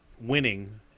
winning